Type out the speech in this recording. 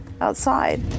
outside